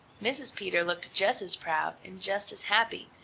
mrs. peter looked just as proud, and just as happy,